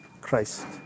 Christ